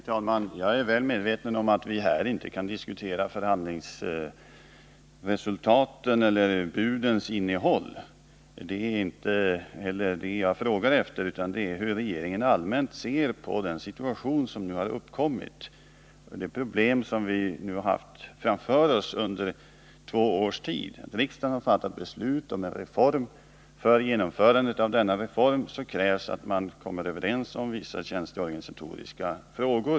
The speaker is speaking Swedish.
Herr talman! Jag är väl medveten om att vi här inte kan diskutera förhandlingsresultaten eller budens innehåll. Det är inte heller det jag frågat efter, utan jag har frågat hur regeringen allmänt sett på den situation som nu har uppkommit. Detta är ett problem som vi nu har haft framför oss under två års tid. Riksdagen har fattat beslut om en reform. För genomförandet av denna reform krävs att man kommer överens om vissa tjänsteorganisatoriska frågor.